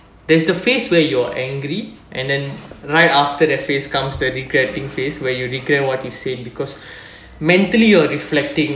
there's the phase where you're angry and then right after that phase comes the regretting phase where you regret what you said because mentally you're reflecting